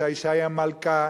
שהאשה היא המלכה,